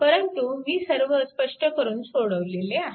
परंतु मी सर्व स्पष्ट करून सोडवले आहे